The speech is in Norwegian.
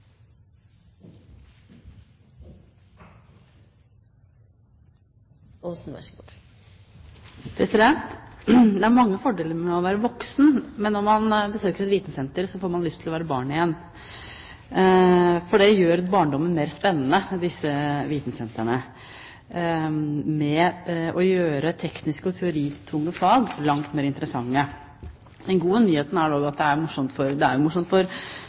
i kassa. Så får vi komme tilbake til, når budsjettene behandles, hvordan vi skal balansere spleiselaget. Det er mange fordeler med å være voksen. Men når man besøker et vitensenter, får man lyst til å være barn igjen, for disse vitensentrene gjør barndommen mer spennende. De gjør tekniske og teoritunge fag langt mer interessante. Den gode nyheten er at det er morsomt for